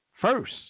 First